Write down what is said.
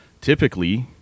typically